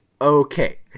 okay